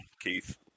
Keith